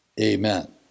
amen